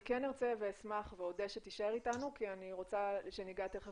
אני אשמח אם תישאר אתנו כי נעבור אחרי